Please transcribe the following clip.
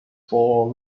for